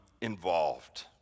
involved